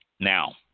Now